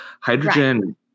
Hydrogen